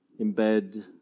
embed